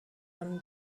one